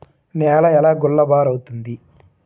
నేల ఎలా గుల్లబారుతుంది?